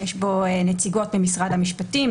יש בו נציגות ממשרד המשפטים,